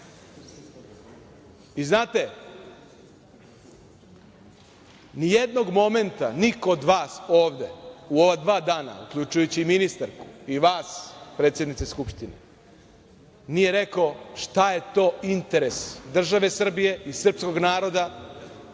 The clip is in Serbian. Znate, nijednog momenta niko od vas ovde, u ova dva dana, uključujući i ministarku, i vas predsednice Skupštine nije rekao šta je to interes države Srbije i srpskog naroda